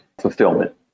fulfillment